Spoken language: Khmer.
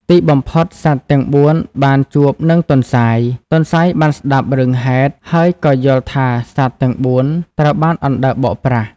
ទីបំផុត សត្វទាំងបួនបានជួបនឹងទន្សាយ។ ទន្សាយបានស្ដាប់រឿងហេតុ ហើយក៏យល់ថាសត្វទាំងបួនត្រូវបានអណ្ដើកបោកប្រាស់។